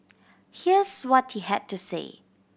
here's what he had to say